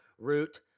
root